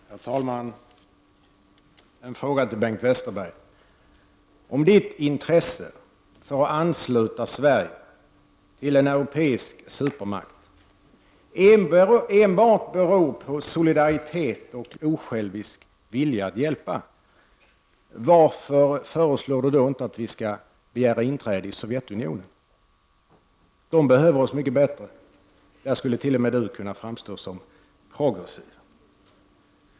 Herr talman! En fråga till Bengt Westerberg: Om Bengt Westerbergs intresse för att ansluta Sverige till en europeisk supermakt enbart beror på solidaritet och osjälvisk vilja att hjälpa, varför föreslår han då inte att vi skall begära inträde i Sovjetunionen? Där behöver man oss mycket bättre, och där skulle t.o.m. Bengt Westerberg kunna framstå som progressiv.